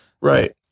Right